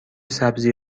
سبزی